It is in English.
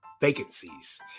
vacancies